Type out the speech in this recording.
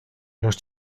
los